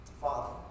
Father